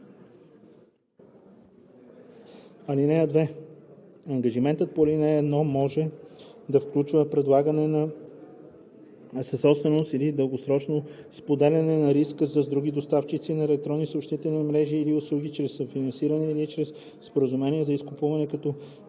станция. (2) Ангажиментът по ал. 1 може да включва предлагане на съсобственост или дългосрочно споделяне на риска с други доставчици на електронни съобщителни мрежи или услуги чрез съфинансиране или чрез споразумения за изкупуване, които